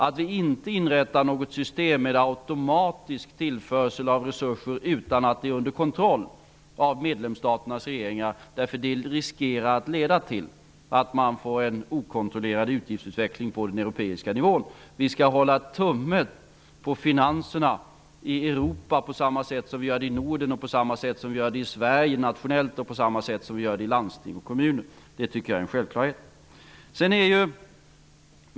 Om vi inrättar något system med automatisk tillförsel av resurser, utan att det är under kontroll av medlemsstaternas regeringar, finns det risk för att det leder till en okontrollerad utgiftsutveckling på den europeiska nivån. Vi skall hålla tummen på finanserna i Europa på samma sätt som vi gör det i Norden och på samma sätt som vi gör det i Sverige nationellt och på samma sätt som vi gör det i landsting och kommuner. Det tycker jag är en självklarhet.